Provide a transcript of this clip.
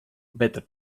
better